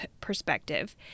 perspective